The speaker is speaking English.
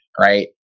Right